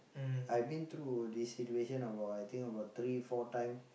I been through this situation about I think about three four times